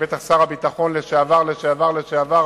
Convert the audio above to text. שבטח שר הביטחון לשעבר לשעבר לשעבר,